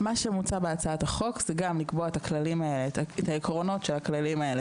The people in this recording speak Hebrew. מה שמוצע בהצעת החוק זה גם לקבוע בחוק את העקרונות של הכללים האלה,